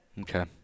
Okay